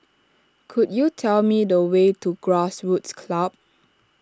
could you tell me the way to Grassroots Club